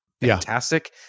fantastic